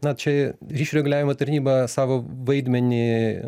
na čia ryšių reguliavimo tarnyba savo vaidmenį